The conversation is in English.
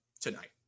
tonight